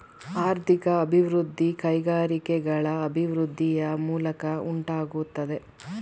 ಆರ್ಥಿಕ ಅಭಿವೃದ್ಧಿ ಕೈಗಾರಿಕೆಗಳ ಅಭಿವೃದ್ಧಿಯ ಮೂಲಕ ಉಂಟಾಗುತ್ತದೆ